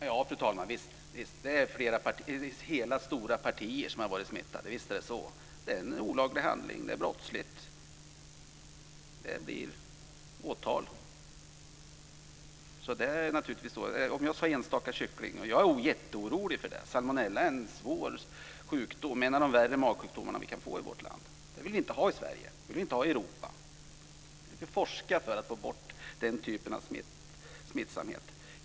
Fru talman! Visst har det funnits hela stora partier som har varit smittade. Det är fråga om en olaglig handling. Det är brottsligt. Det blir åtal. Jag är jätteorolig för detta. Salmonella är en av de värre, svåra magsjukdomarna vi kan få i vårt land. Den vill vi inte ha i Sverige och i Europa. Vi måste forska för att få bort smittan helt.